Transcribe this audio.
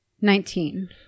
Nineteen